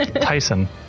Tyson